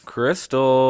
Crystal